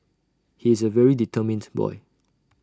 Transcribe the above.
he is A very determined boy